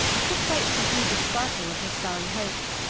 could quite subdue the sparkle of her starry hopes.